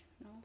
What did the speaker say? no